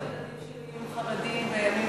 אני מקווה שהילדים שלי יהיו עם חרדים בימים כמו,